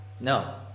No